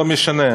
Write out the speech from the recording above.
זה לא משנה.